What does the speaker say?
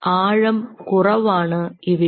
ആഴം കുറവാണ് ഇവിടെ